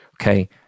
Okay